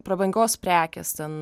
prabangos prekės ten